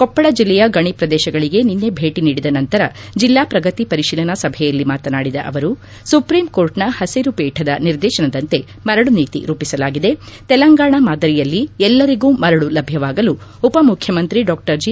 ಕೊಪ್ಪಳ ಜಿಲ್ಲೆಯ ಗಣಿ ಪ್ರದೇಶಗಳಿಗೆ ನಿನ್ನೆ ಭೇಟ ನೀಡಿದ ನಂತರ್ ಜಿಲ್ಲಾ ಪ್ರಗತಿ ಪರಿಶೀಲನಾ ಸಭೆಯಲ್ಲಿ ಮಾತನಾಡಿದ ಅವರು ಸುಪ್ರೀಂ ಕೋರ್ಟ್ನ ಹಸಿರು ಪೀಠದ ನಿರ್ದೇಶನದಂತೆ ಮರಳು ನೀತಿ ರೂಪಿಸಲಾಗಿದೆ ತೆಲಂಗಾಣ ಮಾದರಿಯಲ್ಲಿ ಎಲ್ಲರಿಗೂ ಮರಳು ಲಭ್ಞವಾಗಲು ಉಪಮುಖ್ಯಮಂತ್ರಿ ಡಾ ಜಿ